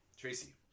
Tracy